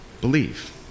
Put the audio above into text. Believe